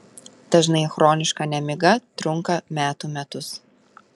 dažnai chroniška nemiga trunka metų metus